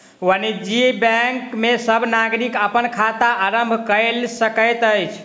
वाणिज्य बैंक में सब नागरिक अपन खाता आरम्भ कय सकैत अछि